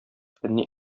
фәнни